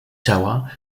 ciała